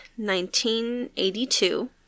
1982